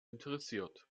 interessiert